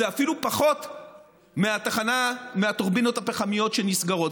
זה אפילו פחות מהטורבינות הפחמיות שנסגרות.